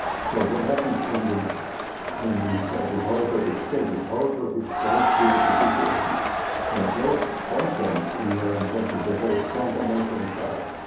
so what happens in this in this holotropic state is holotropic state creates a situation where those contents in your unconscious that have a strong emotional charge,